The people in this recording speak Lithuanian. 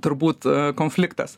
turbūt konfliktas